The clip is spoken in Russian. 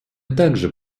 также